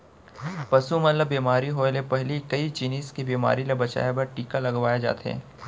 पसु मन ल बेमारी होय ले पहिली कई जिनिस के बेमारी ले बचाए बर टीका लगवाए जाथे